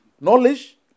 knowledge